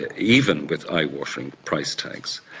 ah even with eye-watering price tags.